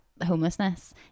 homelessness